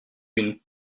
une